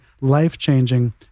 life-changing